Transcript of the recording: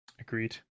Agreed